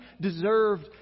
deserved